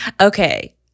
okay